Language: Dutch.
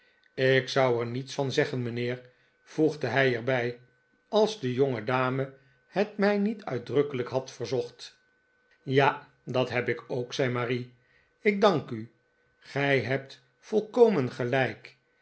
ik zou er niets van zeggen mijnheer voegde hij er bij als de jongedame het mij niet uitdrukkelijk had verzocht ja dat heb ik ook zei marie ik dank u gij hebt volkomen gelijk